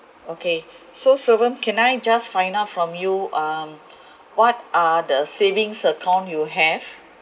okay so serven can I just find out from you um what are the savings account you have